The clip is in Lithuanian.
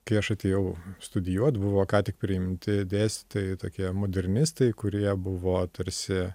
kai aš atėjau studijuot buvo ką tik priimti dėstytojai tokie modernistai kurie buvo tarsi